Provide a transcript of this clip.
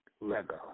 Lego